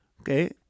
okay